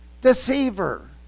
deceiver